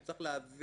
הוא צריך להבין.